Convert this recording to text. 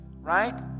Right